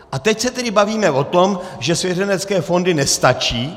A teď se tedy bavíme o tom, že svěřenecké fondy nestačí.